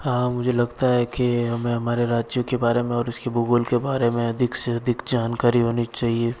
हाँ मुझे लगता है की हमें हमारे राज्य के बारे में और इसके भूगोल के बारे में अधिक से अधिक जानकारी होनी चाहिए